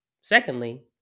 secondly